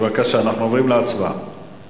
ההצעה להעביר את